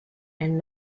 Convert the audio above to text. and